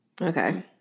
Okay